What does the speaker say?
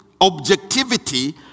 objectivity